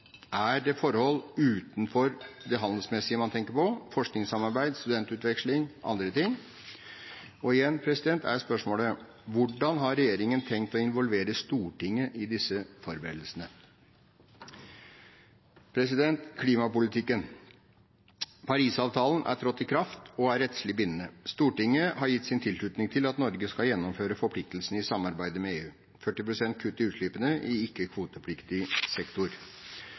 Er det forhold utenfor det handelsmessige man tenker på? Er det forskningssamarbeid, studentutveksling eller andre ting? Og igjen er spørsmålet: Hvordan har regjeringen tenkt å involvere Stortinget i disse forberedelsene? Klimapolitikken: Paris-avtalen har trådt i kraft og er rettslig bindende. Stortinget har gitt sin tilslutning til at Norge skal gjennomføre forpliktelsene i samarbeid med EU – 40 pst. kutt i utslippene i